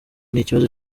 n’ikibazo